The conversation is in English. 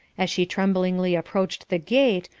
as she tremblingly approached the gate,